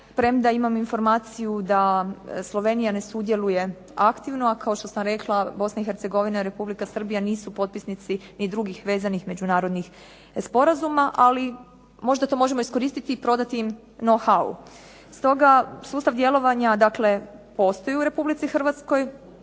premda imam informaciju da Slovenija ne sudjeluje aktivno, a kao što sam rekla Bosna i Hercegovina, Republika Srbija nisu potpisnici ni drugih vezanih međunarodnih sporazuma. Ali možda to možemo iskoristiti i prodati im "know how". Stoga sustav djelovanja, dakle postoji u Republici Hrvatskoj,